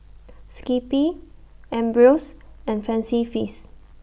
Skippy Ambros and Fancy Feast